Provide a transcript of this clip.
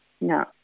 No